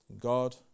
God